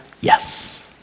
yes